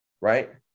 right